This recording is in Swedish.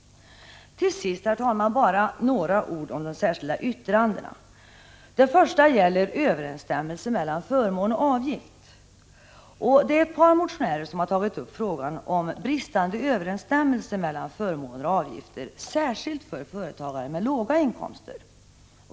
Till sist, herr talman, bara några ord om de särskilda yttrandena. Det första särskilda yttrandet gäller överensstämmelse mellan förmån och avgift. Ett par motionärer har tagit upp frågan om bristande överensstämmelse mellan förmåner och avgifter, särskilt för företagare med låga inkomster.